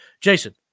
Jason